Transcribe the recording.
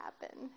happen